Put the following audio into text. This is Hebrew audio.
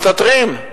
מסתתרים.